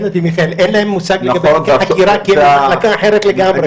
אין להם מושג לגבי תיק החקירה כי הם ממחלקה אחרת לגמרי.